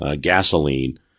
Gasoline